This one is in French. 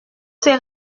ces